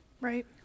Right